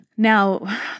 Now